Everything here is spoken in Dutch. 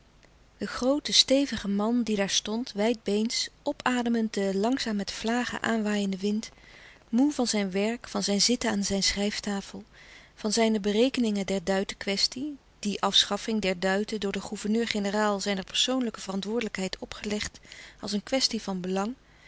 de groote stevige man die daar stond wijdbeens op ademend den langzaam met vlagen aanwaaienden wind moê van zijn werk van zijn zitten aan zijn schrijftafel van zijne berekeningen der duitenkwestie die afschaffing louis couperus de stille kracht der duiten door den gouverneur-generaal zijner persoonlijke verantwoordelijkheid opgelegd als een kwestie van belang